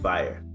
Fire